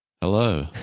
Hello